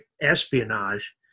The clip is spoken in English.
espionage